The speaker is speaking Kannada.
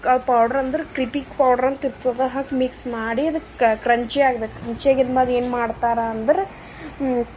ಕ ಪೌಡ್ರಂದ್ರ ಕ್ರಿಪಿಕ್ ಪೌಡ್ರಂತಿರ್ತದ ಹಾಕಿ ಮಿಕ್ಸ್ ಮಾಡಿ ಅದಕ್ಕೆ ಕ್ರಂಚಿ ಆಗ್ಬೇಕು ಕ್ರಂಚಿ ಆಗಿನ ಬಾದು ಏನು ಮಾಡ್ತಾರೆ ಅಂದ್ರ